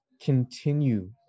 continue